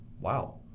wow